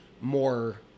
more